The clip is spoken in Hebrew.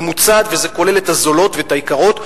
"ממוצעת" זה כולל את הזולות ואת היקרות,